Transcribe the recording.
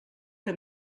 que